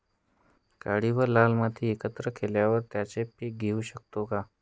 काळी व लाल माती एकत्र केल्यावर त्यात पीक घेऊ शकतो का?